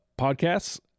podcasts